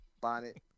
bonnet